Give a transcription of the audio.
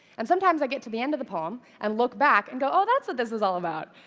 and sometimes i get to the end of the poem, and look back and go, oh, that's what this is all about,